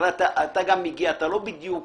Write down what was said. הרי אתה מגיע ולא בדיוק